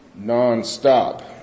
nonstop